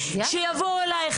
שיבואו אליי,